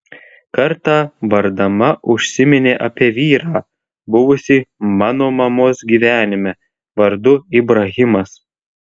kartą bardama užsiminė apie vyrą buvusį mano mamos gyvenime vardu ibrahimas